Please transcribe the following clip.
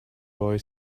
boy